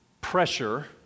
pressure